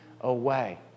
away